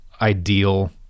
ideal